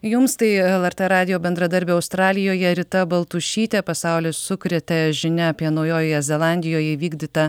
jums tai lrt radijo bendradarbė australijoje rita baltušytė pasaulį sukrėtė žinia apie naujojoje zelandijoje įvykdytą